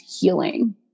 healing